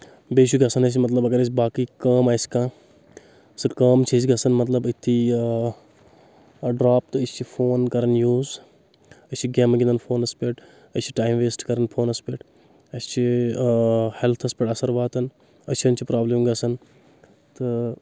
بیٚیہِ چھُ گژھان أسۍ مطلب اگر أسۍ باقٕے کٲم آسہِ کانٛہہ سُہ کٲم چھِ أسۍ گژھان مطلب أتھی ڈراپ تہٕ أسۍ چھِ فون کران یوٗز أسۍ چھِ گیمہٕ گنٛدن فونس پؠٹھ أسۍ چھِ ٹایم ویسٹ کران فونس پؠٹھ اَسہِ چھِ ہیلتھس پؠٹھ اثر واتان أچھن چھِ پرابلم گژھان تہٕ